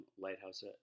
Lighthouse